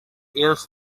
else